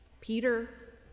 Peter